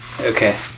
Okay